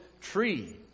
tree